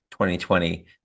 2020